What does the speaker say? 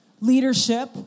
Leadership